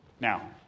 Now